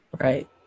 Right